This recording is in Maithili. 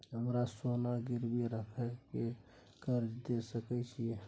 हमरा सोना गिरवी रखय के कर्ज दै सकै छिए?